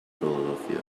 philadelphia